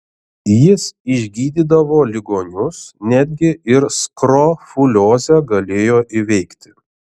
jis išgydydavo ligonius netgi ir skrofuliozę galėjo įveikti